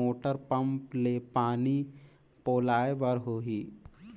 Motor pump ले पानी पलोय बर होही?